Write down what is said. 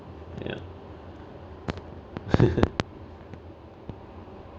ya